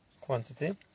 quantity